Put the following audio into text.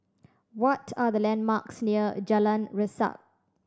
what are the landmarks near Jalan Resak